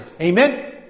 Amen